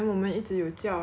ya